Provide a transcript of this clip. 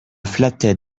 flattais